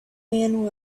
man